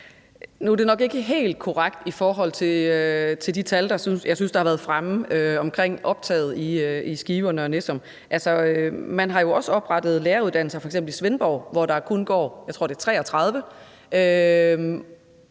Nu er det nok ikke helt korrekt i forhold til de tal, jeg synes der har været fremme omkring optaget i Skive og Nørre Nissum. Altså, man har jo også oprettet en læreruddannelse i f.eks. Svendborg, hvor der kun går,